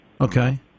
Okay